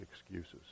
excuses